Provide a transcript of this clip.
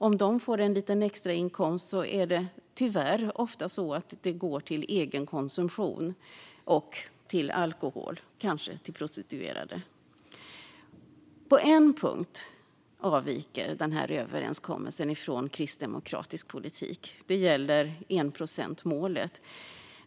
Om de får en liten extrainkomst är det tyvärr ofta så att den går till egen konsumtion av till exempel alkohol eller kanske till prostituerade. På en punkt avviker den här överenskommelsen från kristdemokratisk politik. Det gäller enprocentsmålet.